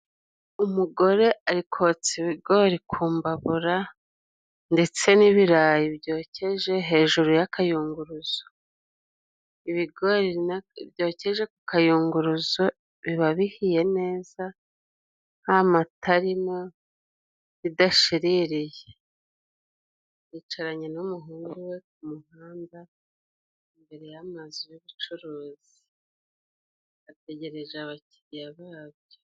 Umugore ari kotsa ibigori ku mbabura ndetse n'ibirayi byokeje hejuru y'akayunguruzo. Ibigori byokeje ku kayunguruzo biba bihiye neza nta mata arimo, bidashiririye. Yicaranye n'umuhungu we ku muhanda, imbere y'amazu y'ubucuruzi. Ategereje abakiriya babyo.